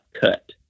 cut